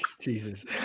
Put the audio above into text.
Jesus